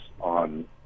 on